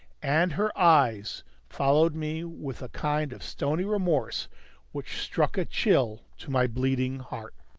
and her eyes followed me with a kind of stony remorse which struck a chill to my bleeding heart.